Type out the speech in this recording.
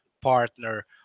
partner